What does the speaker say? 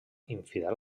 infidel